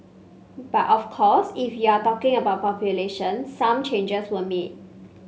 but of course if you're talking about population some changes were made